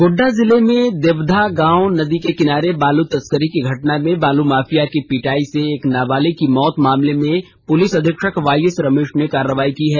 गोड्डा जिले में देबंधा गांव नदी के किनारे बालू तस्करी की घटना में बालू माफिया की पिटाई से एक नाबालिग की मौत मामले में पुलिस अधीक्षक वाईएस रमेश ने कार्रवाई की है